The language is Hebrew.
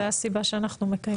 זו הסיבה שאנחנו מקיימים את הדיון.